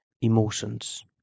emotions